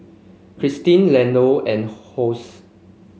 Christi Leonor and Hosie